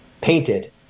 painted